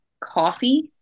coffee